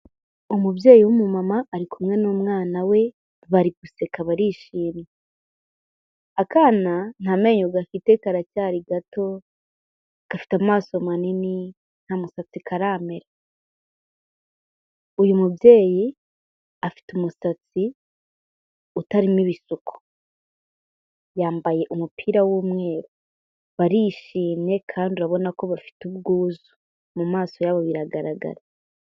Umubyeyi w'umu mama ari kumwe n'umwana we, bari guseka barishimwe. Akana nta menyo gafite karacyari gato, gafite amaso manini, nta musatsi karamera. Uyu mubyeyi afite umusatsi, utarimo ibisuko; yambaye umupira w'umweru. Barishimye kandi urabona ko bafite ubwuzu, mu maso yabo biragaragara.